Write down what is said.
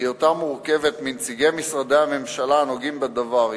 בהיותה מורכבת מנציגי משרדי הממשלה הנוגעים בדבר,